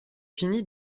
fini